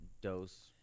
dose